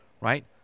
right